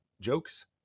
jokes